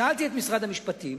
שאלתי את משרד המשפטים,